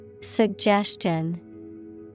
Suggestion